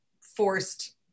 forced